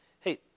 hey